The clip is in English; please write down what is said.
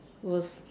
was